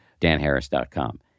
danharris.com